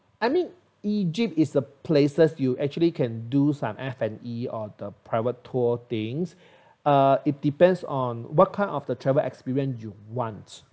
I mean egypt is a places you actually can do some F and E or the private tour things uh it depends on what kind of the travel experience you want